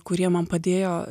kurie man padėjo